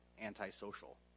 antisocial